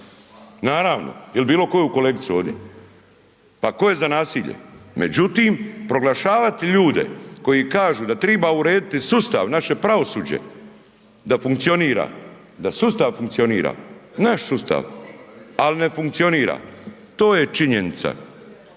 naravno il bilo koju kolegicu ovdje, pa tko je za nasilje? Međutim, proglašavat ljude koji kažu da triba urediti sustav, naše pravosuđe da funkcionira, da sustav funkcionira, naš sustav, al ne funkcionira, to je činjenica,